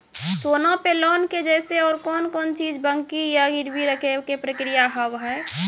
सोना पे लोन के जैसे और कौन कौन चीज बंकी या गिरवी रखे के प्रक्रिया हाव हाय?